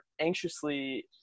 anxiously